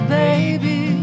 baby